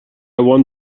want